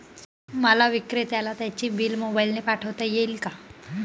मला विक्रेत्याला त्याचे बिल मोबाईलने पाठवता येईल का?